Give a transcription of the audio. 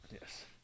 Yes